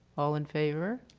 all in favor?